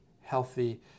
healthy